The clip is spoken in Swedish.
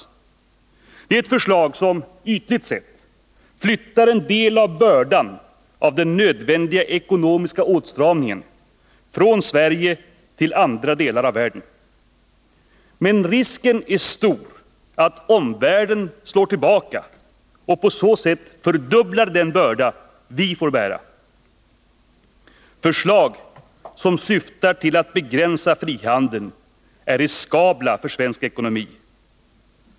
Det är ett förslag som ytligt sett flyttar en del av bördan av den nödvändiga ekonomiska åtstramningen från Sverige till andra delar av världen. Men risken är stor att omvärlden slår tillbaka och på så sätt fördubblar den börda vi får bära. Förslag som syftar till att begränsa frihandeln är riskabla för svensk ekonomi.